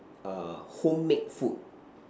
err home made food